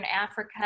Africa